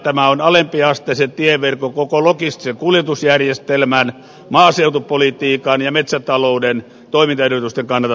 tämä on alempiasteisen tieverkon koko logistisen kuljetusjärjestelmän maaseutupolitiikan ja metsätalouden toimintaedellytysten kannalta tärkeätä